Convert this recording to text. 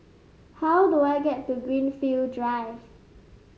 how do I get to Greenfield Drive